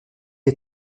est